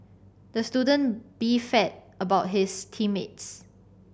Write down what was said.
the student beefed about his team mates